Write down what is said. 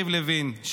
יריב לוין,